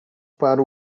para